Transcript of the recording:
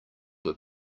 were